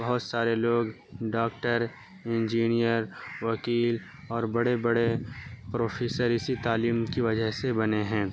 بہت سارے لوگ ڈاکٹر انجینئر وکیل اور بڑے بڑے پروفیسر اسی تعلیم کی وجہ سے بنے ہیں